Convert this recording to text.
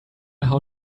how